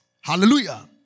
Hallelujah